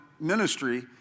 ministry